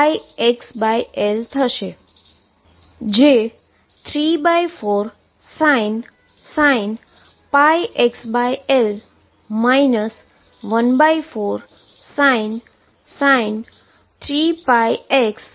જે 34sin πxL 14sin 3πxL તેથી બરાબર થશે